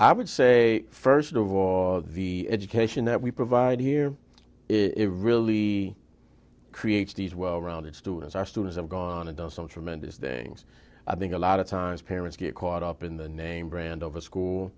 i would say first of all the education that we provide here it really creates these well rounded students our students have gone and done some tremendous things i think a lot of times parents get caught up in the name brand of a school